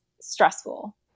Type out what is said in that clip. stressful